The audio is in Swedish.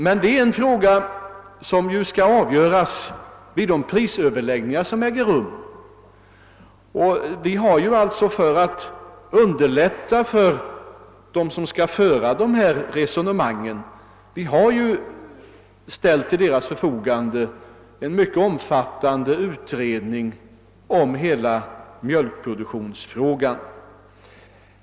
Detta är också en fråga som skall be handlas vid de prisöverläggningar som skall äga rum, och vi har för att underlätta uppgiften för dem som skall föra dessa resonemang gjort en mycket omfattande utredning om hela mjölkproduktionsfrågan.